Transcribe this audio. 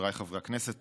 חבריי חברי הכנסת,